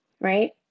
right